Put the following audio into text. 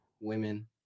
women